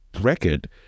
record